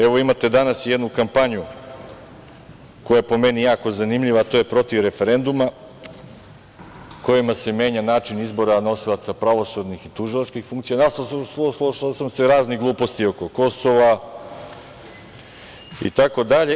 Evo, imate danas i jednu kampanju, koja je, po meni, jako zanimljiva, a to je protiv referenduma kojim se menja način izbora nosilaca pravosudnih i tužilačkih funkcija. naslušao sam se raznih gluposti oko Kosova itd.